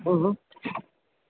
हम्म